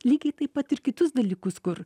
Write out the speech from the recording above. lygiai taip pat ir kitus dalykus kur